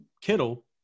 Kittle